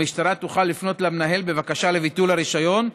המשטרה תוכל לפנות למנהל בבקשה לביטול הרישיון.